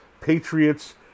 Patriots